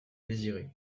désirer